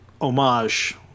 homage